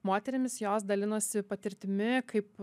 moterimis jos dalinosi patirtimi kaip